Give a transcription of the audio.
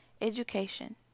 education